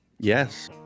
Yes